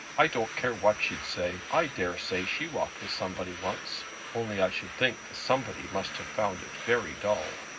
i don't care what she'd say. i dare say she walked with somebody once only i should think the somebody must have found it very dull.